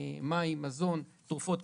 מים, מזון, תרופות